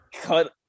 Cut